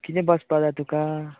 कितें बसपा जाय तुका